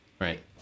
Right